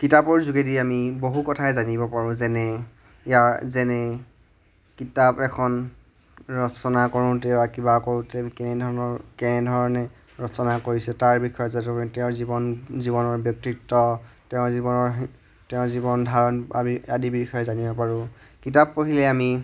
কিতাপৰ যোগেদি আমি বহু কথাই জানিব পাৰোঁ যেনে কিতাপ এখন ৰচনা কৰোঁতে বা কিবা কৰোঁতে কেনেধৰণে ৰচনা কৰিছে তাৰ বিষয়ে যাতে তেওঁৰ জীৱন জীৱনৰ ব্যক্তিত্ব তেওঁৰ জীৱনৰ তেওঁৰ জীৱন ধাৰণ আদিৰ বিষয়ে জানিব পাৰোঁ কিতাপ পঢ়িলে আমি